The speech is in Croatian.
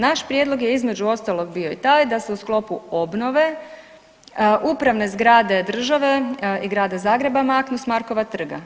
Naš prijedlog je između ostalog bio i taj da se u sklopu obnove upravne zgrade države i grada Zagreba maknu s Markova trga.